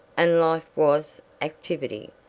and life was activity,